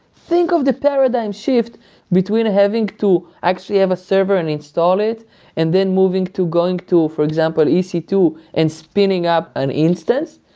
think of the paradigm shift between having to actually have a server and install it and then moving to, going to, for example, e c two and spinning up an instance.